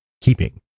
keeping